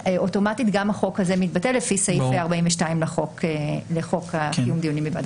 לא ניתן לבצע הכרזה על פי החוק הזה כל עוד